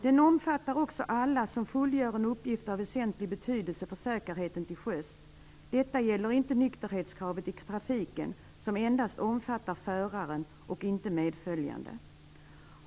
Den omfattar också alla som fullgör en uppgift av väsentlig betydelse för säkerheten till sjöss; detta gäller inte nykterhetskravet i trafiken, som endast omfattar föraren och inte medföljande.